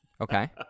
Okay